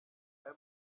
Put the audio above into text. aya